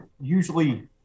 usually